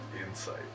Insight